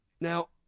Now